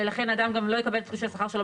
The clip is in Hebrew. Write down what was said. ולכן אדם גם לא יקבל את תלוש השכר שלו